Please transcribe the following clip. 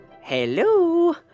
Hello